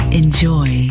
enjoy